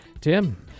Tim